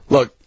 Look